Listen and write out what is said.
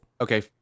Okay